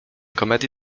komedii